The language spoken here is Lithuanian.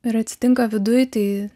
ir atsitinka viduj tai